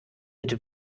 mit